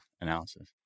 analysis